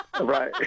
Right